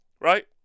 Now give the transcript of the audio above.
right